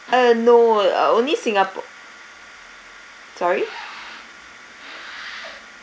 uh no uh only singapore sorry